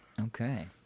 Okay